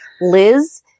Liz